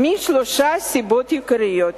משלוש סיבות עיקריות: